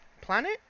Planet